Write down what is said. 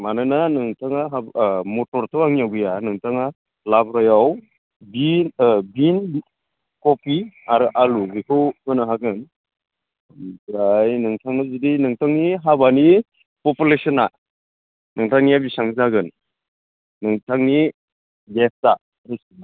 मानोना नोंथाङा मथरत' आंनियाव गैया नोंथाङा लाब्रायाव बिन कबि आरो आलु बेखौ होनो हागोन ओमफ्राय नोंथांनो जुदि नोंथांनि हाबानि पपुलेसना नोंथांनिया बेसेबां जागोन नोंथांनि गेस्टआ बेसेबां